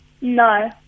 no